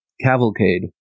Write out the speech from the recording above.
cavalcade